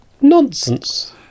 Nonsense